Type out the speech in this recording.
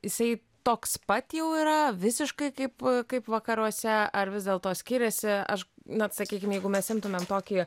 jisai toks pat jau yra visiškai kaip kaip vakaruose ar vis dėlto skiriasi aš na sakykim jeigu mes imtumėm tokį